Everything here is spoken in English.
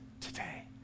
today